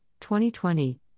2020